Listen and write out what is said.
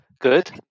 Good